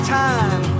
time